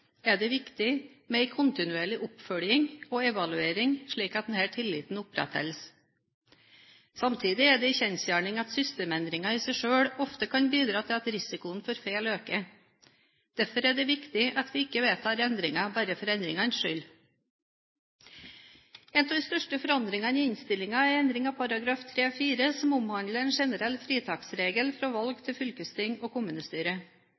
er det viktig med en kontinuerlig oppfølging og evaluering slik at denne tilliten opprettholdes. Samtidig er det en kjensgjerning at systemendringer i seg sjøl ofte kan bidra til at risikoen for feil øker. Derfor er det viktig at vi ikke vedtar endringer bare for endringenes skyld. En av de største forandringene i innstillingen er endring av § 3-4 som omhandler en generell fritaksregel fra valg til fylkesting og kommunestyre.